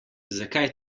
zakaj